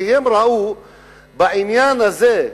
כי הם ראו בעניין הזה,